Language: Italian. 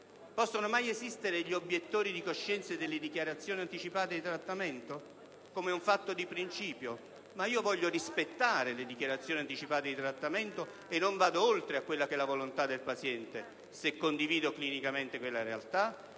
Possono mai esistere obiettori di coscienza rispetto alle dichiarazioni anticipate di trattamento, come se fosse un fatto di principio? Io voglio rispettare le dichiarazioni anticipate di trattamento e non voglio andare oltre la volontà del paziente se condivido clinicamente quella realtà,